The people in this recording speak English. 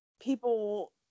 people